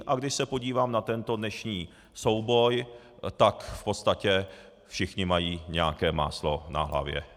A když se podívám na tento dnešní souboj, tak v podstatě všichni mají nějaké máslo na hlavě.